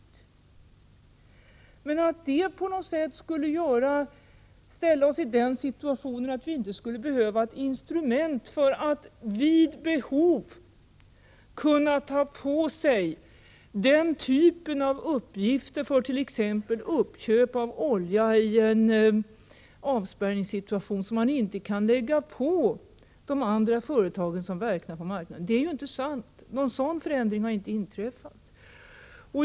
Det är inte så att detta på något sätt skulle innebära att vi inte behövde ett instrument för att vid behov kunna ta på oss den typ av uppgifter, t.ex. uppköp av olja i en avspärrningssituation, som man inte kan lägga på de övriga företag som verkar på marknaden. Någon sådan förändring har inte inträffat.